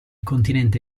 continente